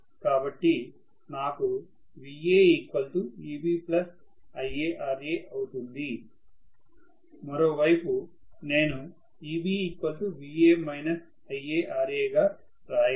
కాబట్టి నాకు Va Eb IaRa అవుతుంది మరోవైపు నేను Eb Va − IaRa రాయగలను